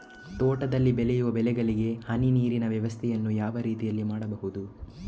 ತೋಟದಲ್ಲಿ ಬೆಳೆಯುವ ಬೆಳೆಗಳಿಗೆ ಹನಿ ನೀರಿನ ವ್ಯವಸ್ಥೆಯನ್ನು ಯಾವ ರೀತಿಯಲ್ಲಿ ಮಾಡ್ಬಹುದು?